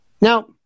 Now